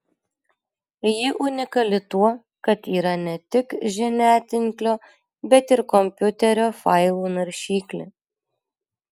ji unikali tuo kad yra ne tik žiniatinklio bet ir kompiuterio failų naršyklė